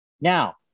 Now